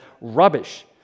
rubbish